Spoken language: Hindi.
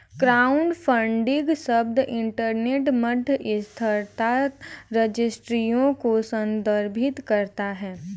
क्राउडफंडिंग शब्द इंटरनेट मध्यस्थता रजिस्ट्रियों को संदर्भित करता है